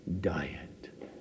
diet